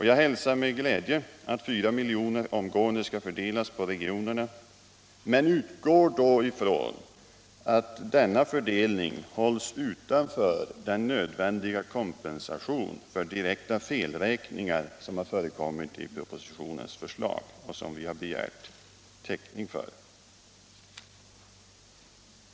Jag hälsar med glädje att 4 miljoner omgående skal! fördelas på regionerna men utgår då från att denna fördelning hålls utanför den nödvändiga kompensation för direkta felräkningar som förekommit i propositionens förslag och som vi har begärt täckning för.